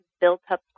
built-up